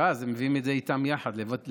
ואז הם מביאים את זה איתם יחד לבית החולים.